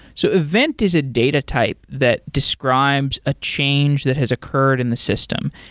so event is a data type that describes a change that has occurred in the system,